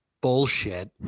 bullshit